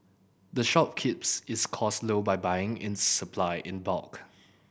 the shop keeps its costs low by buying in supply in bulk